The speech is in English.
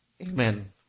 Amen